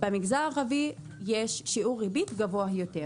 במגזר הערבי יש שיעור ריבית גבוה יותר.